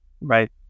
right